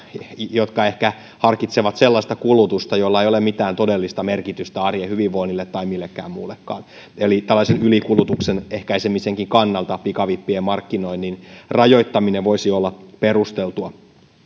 jotka ehkä harkitsevat sellaista kulutusta jolla ei ole mitään todellista merkitystä arjen hyvinvoinnille tai millekään muullekaan eli tällaisen ylikulutuksen ehkäisemisenkin kannalta pikavippien markkinoinnin rajoittaminen voisi olla perusteltua